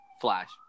Flash